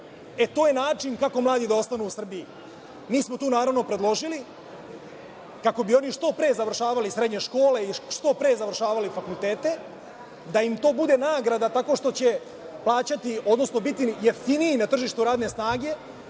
To je način kako manje da ostane u Srbiji. Mi smo to naravno predložili kako bi oni što pre završavali srednje škole i što pre završavali fakultete, da im to bude nagrada tako što će plaćati, odnosno biti jeftiniji na tržištu radne snage,